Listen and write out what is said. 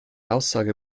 aussage